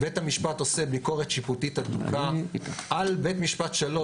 בית המשפט עושה ביקורת שיפוטית הדוקה על בית משפט שלום.